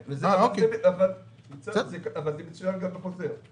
כן, זה מצוין גם בחוזר.